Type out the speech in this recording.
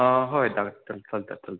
आं हय सारकें आसा सारकें आसा